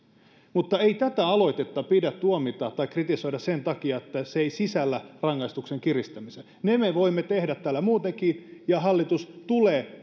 mutta ei tätä aloitetta pidä tuomita tai kritisoida sen takia että se ei sisällä rangaistuksen kiristämisiä ne me voimme tehdä täällä muutenkin ja hallitus tulee